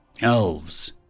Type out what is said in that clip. Elves